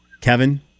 Kevin